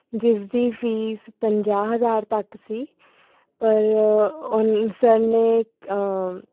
ਜਿਸਦੀ ਫੀਸ ਪੰਜਾਹ ਹਜ਼ਾਰ ਤੱਕ ਸੀ ਪਰ ਓ ਸਰ ਨੇ